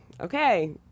okay